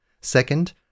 Second